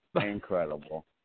incredible